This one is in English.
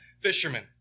fishermen